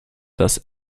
das